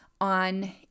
on